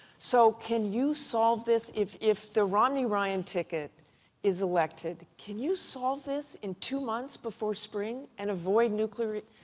so can you solve this if if the romney-ryan ticket is elected, can you solve this in two months before spring and avoid nuclear rep.